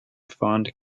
fund